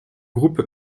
groupe